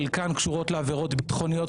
חלקן קשורות בעבירות ביטחוניות,